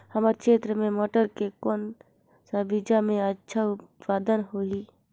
हमर क्षेत्र मे मटर के कौन सा बीजा मे अच्छा उत्पादन होही?